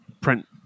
print